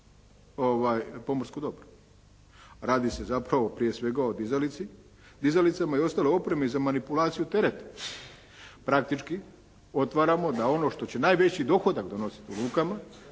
pomorsko dobro. Radi se zapravo prije svega o dizalici, dizalicama i ostaloj opremi za manipulaciju tereta. Praktički, otvaramo da ono što će najveći dohodak donositi u lukama